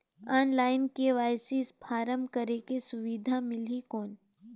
Online KYC form करेके सुविधा मिली कौन?